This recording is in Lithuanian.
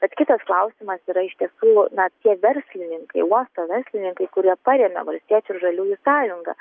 bet kitas klausimas yra iš tiesų na tie verslininkai uosto verslininkai kurie parėmė valstiečių ir žaliųjų sąjungą